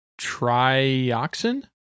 trioxin